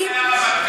היום דיבר,